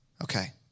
Okay